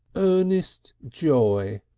earnest joy.